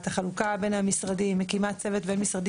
את החלוקה בין המשרדים הקים את צוות בין משרדי